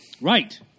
Right